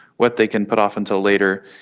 what they can put off until later,